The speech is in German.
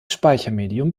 speichermedium